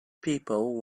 people